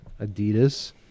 adidas